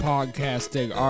podcasting